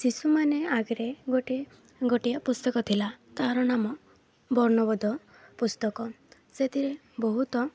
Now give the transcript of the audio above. ଶିଶୁମାନେ ଆଗରେ ଗୋଟିଏ ଗୋଟିଏ ପୁସ୍ତକ ଥିଲା ତାହାର ନାମ ବର୍ଣ୍ଣବୋଧ ପୁସ୍ତକ ସେଥିରେ ବହୁତ